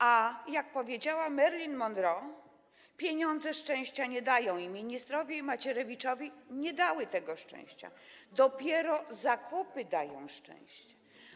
A jak powiedziała Marilyn Monroe, pieniądze szczęścia nie dają - i ministrowi Macierewiczowi nie dały tego szczęścia - dopiero zakupy dają szczęście.